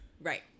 Right